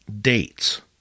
dates